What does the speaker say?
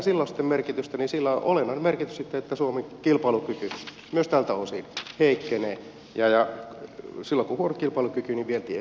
sillä on sitten olennainen merkitys että suomen kilpailukyky myös tältä osin heikkenee ja silloin kun on huono kilpailukyky niin vienti ei vedä